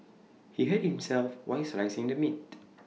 he hit himself while slicing the meat